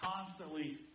Constantly